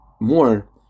More